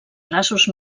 braços